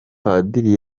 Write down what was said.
padiri